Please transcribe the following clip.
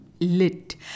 Lit